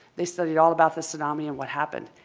they studied all about the tsunami and what happened.